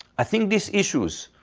i think these issues,